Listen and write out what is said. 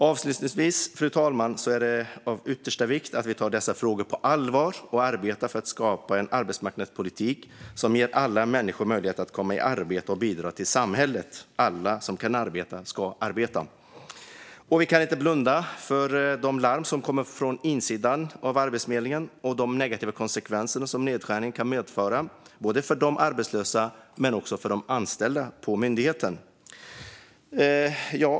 Avslutningsvis är det av yttersta vikt att vi tar dessa frågor på allvar och arbetar för att skapa en arbetsmarknadspolitik som ger alla människor möjlighet att komma i arbete och bidra till samhället. Alla som kan arbeta ska arbeta. Vi kan inte blunda för de larm som kommer från insidan av Arbetsförmedlingen och de negativa konsekvenser som nedskärningarna kan medföra, både för de arbetslösa och för de anställda på myndigheten.